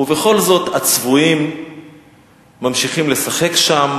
ובכל זאת הצבועים ממשיכים לשחק שם,